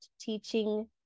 teaching